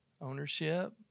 Ownership